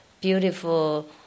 beautiful